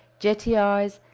jetty eyes,